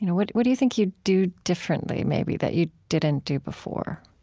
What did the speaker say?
you know what what do you think you do differently maybe that you didn't do before?